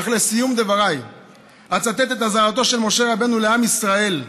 אך לסיום דבריי אצטט את אזהרתו של משה רבנו לעם ישראל: